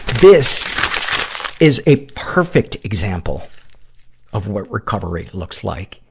this is a perfect example of what recovery looks like!